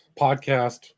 podcast